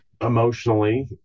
emotionally